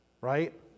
Right